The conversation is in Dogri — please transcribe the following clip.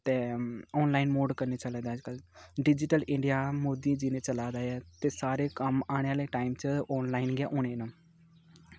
ते आनलाइन मोड कन्नै चला दा अज्जकल डिजीटल इंडिया मोदी जी ने चला दा ऐ ते सारे कम्म आने आह्ले टाइम च आनलाइन गै होने न